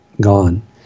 gone